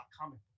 comic